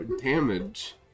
damage